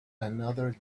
another